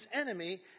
enemy